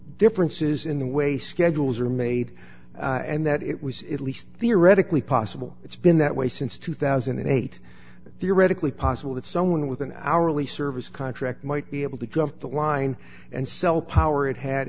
differences in the way schedules are made and that it was it least theoretically possible it's been that way since two thousand and eight theoretically possible that someone with an hourly service contract might be able to jump the line and sell power i